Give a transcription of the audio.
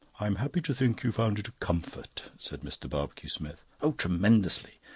i'm happy to think you found it a comfort, said mr. barbecue-smith. oh, tremendously!